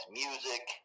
music